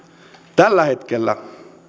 tällä hetkellä